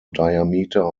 diameter